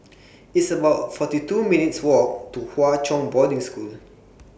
It's about forty two minutes' Walk to Hwa Chong Boarding School